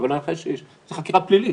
זו חקירה פלילית.